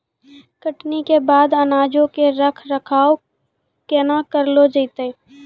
कटनी के बाद अनाजो के रख रखाव केना करलो जैतै?